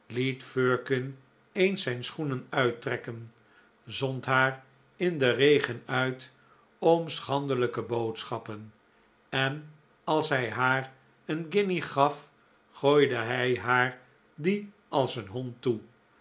liet firkin eens zijn schoenen uittrekken zond haar in den regen uit om schandelijke boodschappen en als hij haar een guinje gaf gooide hij haar die als een hond toe